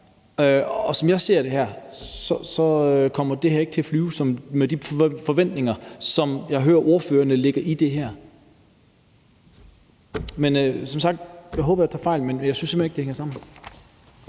og som jeg ser det her, kommer det her ikke til at flyve og indfri de forventninger, som jeg hører ordførerne har til det her. Som sagt håber jeg, at jeg tager fejl, men jeg synes simpelt hen ikke, det hænger sammen.